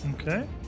Okay